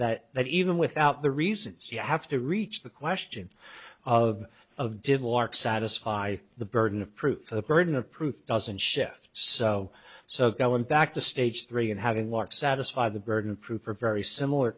that that even without the reasons you have to reach the question of of did wark satisfy the burden of proof the burden of proof doesn't shift so so going back to stage three and having walked satisfy the burden of proof are very similar